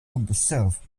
observe